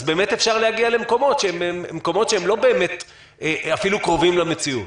אז באמת אפשר להגיע למקומות שהם לא באמת קרובים למציאות.